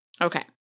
Okay